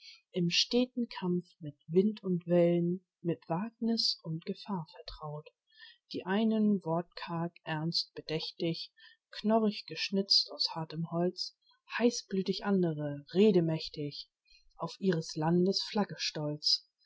im steten kampf mit wind und wellen mit wagniß und gefahr vertraut die einen wortkarg ernst bedächtig knorrig geschnitzt aus hartem holz heißblütig andre redemächtig auf ihres landes